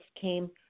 came